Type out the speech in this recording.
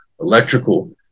electrical